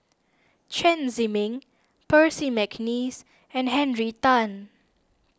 Chen Zhiming Percy McNeice and Henry Tan